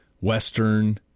western